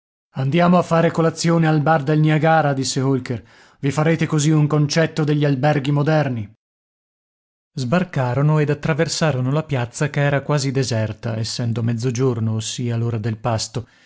andiamo a fare colazione al bar del niagara disse olker i farete così un concetto degli alberghi moderni sbarcarono ed attraversarono la piazza che era quasi deserta essendo mezzogiorno ossia l'ora del pasto